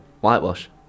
Whitewash